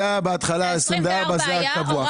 קבוע ל-24 חודשים.